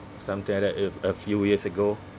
something like that if a few years ago